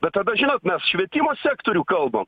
bet tada žinot mes švietimo sektorių kalbam